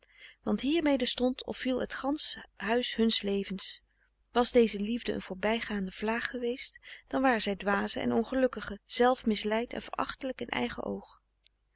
want hiermede stond of viel het gansch huis huns levens was deze liefde een voorbijgaande vlaag geweest dan waren zij dwazen en ongelukkigen zelf misleid en verachtelijk in eigen oog